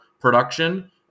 production